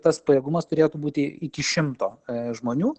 tas pajėgumas turėtų būti iki šimto žmonių